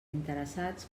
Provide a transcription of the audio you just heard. interessats